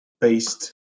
based